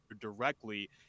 directly